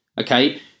okay